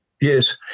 Yes